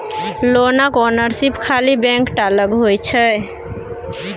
लोनक ओनरशिप खाली बैंके टा लग होइ छै